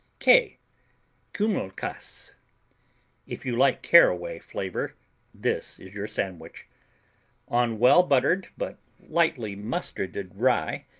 k kummelkase if you like caraway flavor this is your sandwich on well-buttered but lightly mustarded rye,